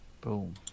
Boom